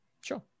Sure